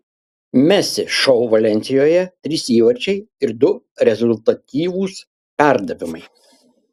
messi šou valensijoje trys įvarčiai ir du rezultatyvūs perdavimai